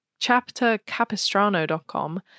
chaptercapistrano.com